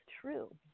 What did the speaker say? true